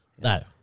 no